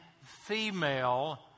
female